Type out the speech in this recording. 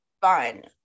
fun